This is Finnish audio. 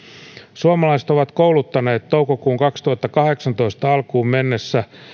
suomalaiset ovat kouluttaneet toukokuun kaksituhattakahdeksantoista alkuun mennessä